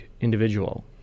individual